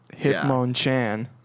Hitmonchan